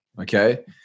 okay